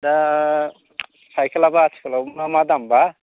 दा साइकेलआबो आथिखालाव मा मा दाम बा